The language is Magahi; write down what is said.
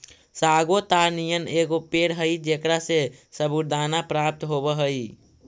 सागो ताड़ नियन एगो पेड़ हई जेकरा से सबूरदाना प्राप्त होब हई